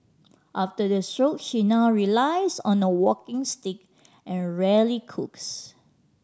after the stroke she now relies on a walking stick and rarely cooks